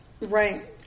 Right